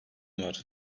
var